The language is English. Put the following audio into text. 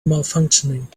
malfunctioning